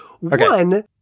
One